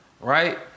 Right